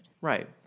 Right